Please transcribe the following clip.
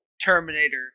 terminator